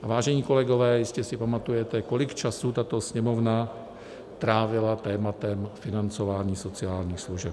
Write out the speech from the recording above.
Vážení kolegové, jistě si pamatujete, kolik času tato Sněmovna trávila tématem financování sociálních služeb.